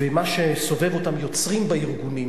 ומה שסובב אותם יוצרים בארגונים,